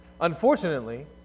Unfortunately